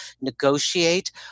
negotiate